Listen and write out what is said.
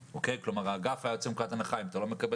כלומר האגף היה יוצא מנקודת הנחה שאם אתה לא מקבל